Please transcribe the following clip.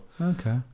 Okay